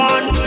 One